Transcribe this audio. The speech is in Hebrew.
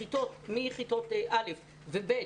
מכיתות א' ו-ב',